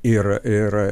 ir ir